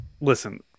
listen